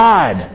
God